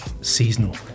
seasonal